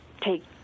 take